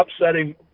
upsetting